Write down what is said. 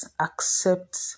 accept